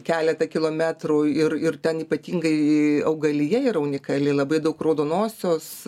keletą kilometrų ir ir ten ypatingai augalija yra unikali labai daug raudonosios